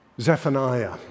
Zephaniah